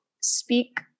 speak